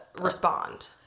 respond